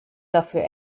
dafür